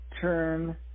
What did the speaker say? turn